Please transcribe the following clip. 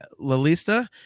Lalista